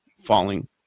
falling